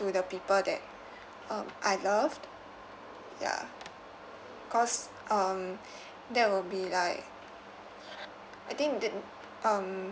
to the people that um I loved ya because um that will be like I think th~ um